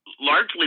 largely